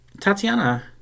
tatiana